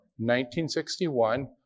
1961